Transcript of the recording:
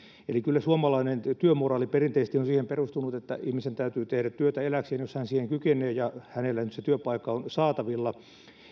eli kyllä suomalainen työmoraali perinteisesti on siihen perustunut että ihmisen täytyy tehdä työtä elääkseen jos hän siihen kykenee ja hänelle nyt se työpaikka on saatavilla